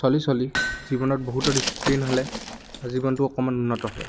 চলি চলি জীৱনত বহুতো ডিচিপ্লিন হ'লে জীৱনটো অকণমান উন্নত হয়